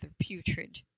putrid